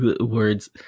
words